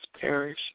perish